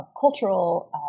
cultural